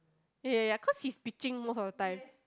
ya ya ya cause he's pitching most of the time